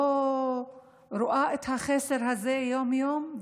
לא רואה את החסר הזה יום-יום?